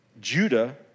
Judah